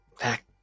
back